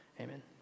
Amen